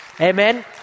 Amen